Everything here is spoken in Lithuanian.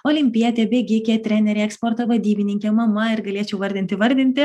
olimpietė bėgikė trenerė eksporto vadybininkė mama ir galėčiau vardinti vardinti